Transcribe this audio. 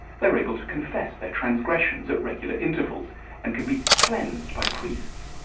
they were able to confess their transgressions at regular intervals and can be cleansed by priests.